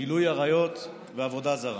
גילוי עריות ועבודה זרה.